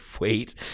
wait